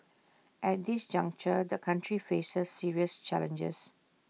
at this juncture the country faces serious challenges